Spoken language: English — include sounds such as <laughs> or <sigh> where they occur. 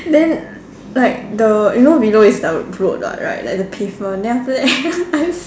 then like the you know below is the road what right like the pavement then after that <laughs> I